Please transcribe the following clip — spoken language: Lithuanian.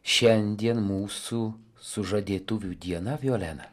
šiandien mūsų sužadėtuvių diena violena